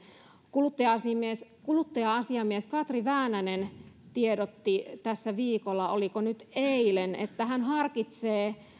kuluttaja asiamies kuluttaja asiamies katri väänänen tiedotti tällä viikolla oliko eilen että hän harkitsee